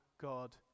God